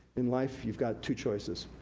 in life you've got two choices.